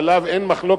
ועליו אין מחלוקת,